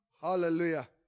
Hallelujah